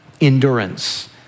Endurance